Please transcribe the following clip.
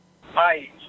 Hi